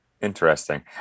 interesting